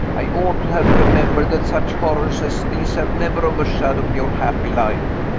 i ought to have remembered that such horrors as these have never overshadowed your happy life!